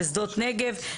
בשדות נגב.